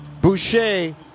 Boucher